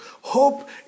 hope